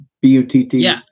B-U-T-T